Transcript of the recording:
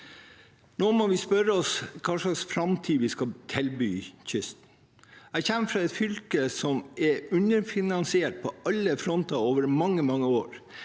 Nå må vi spørre oss hva slags framtid vi skal tilby kysten. Jeg kommer fra et fylke som er underfinansiert på alle fronter over mange, mange år,